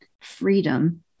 freedom